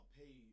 pay